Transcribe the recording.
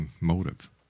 motive